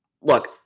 look